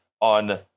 on